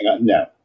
no